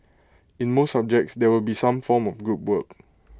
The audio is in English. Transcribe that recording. in most subjects there will be some form of group work